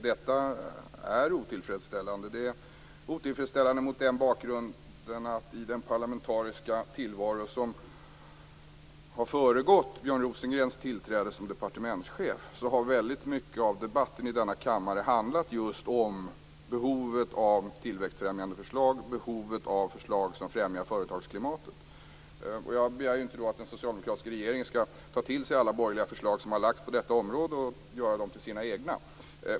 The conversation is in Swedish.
Detta är otillfredsställande mot bakgrund av den parlamentariska tillvaro som har föregått Björn Rosengrens tillträde som departementschef. Väldigt mycket av debatten i denna kammare har handlat just om behovet av tillväxtfrämjande förslag och förslag som främjar företagsklimatet. Jag begär inte att en socialdemokratisk regering skall ta till sig alla borgerliga förslag som har lagts fram på detta område och göra dem till sina egna.